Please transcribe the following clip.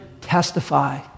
testify